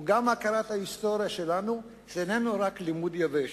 הוא גם הכרת ההיסטוריה שלנו, ואיננו רק לימוד יבש.